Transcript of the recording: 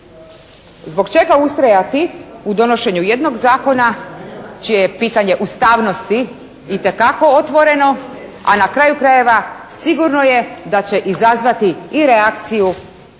Zbog čega ustrajati u donošenju jednog zakona čije je pitanje ustavnosti itekako otvoreno, a na kraju krajeva sigurno je da će izazvati i reakciju europskog